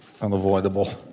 unavoidable